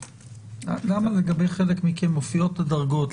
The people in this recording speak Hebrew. למה לגבי חלק מכם מופיעות הדרגות?